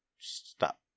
Stop